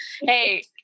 Hey